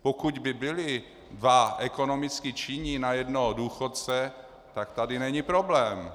Pokud by byli dva ekonomicky činní na jednoho důchodce, tak tady není problém.